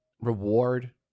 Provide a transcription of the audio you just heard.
Reward